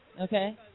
okay